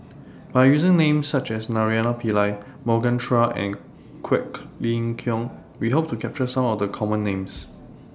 By using Names such as Naraina Pillai Morgan Chua and Quek Ling Kiong We Hope to capture Some of The Common Names